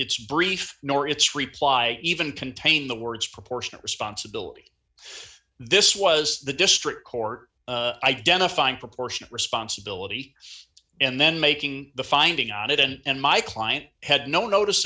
its brief nor its reply even contain the words proportionate responsibility this was the district court identifying proportionate responsibility and then making the finding on it and my client had no notice